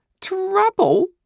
Trouble